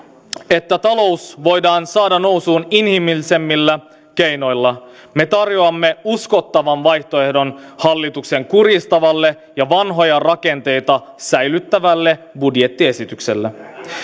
että talous voidaan saada nousuun inhimillisemmillä keinoilla me tarjoamme uskottavan vaihtoehdon hallituksen kurjistavalle ja vanhoja rakenteita säilyttävälle budjettiesitykselle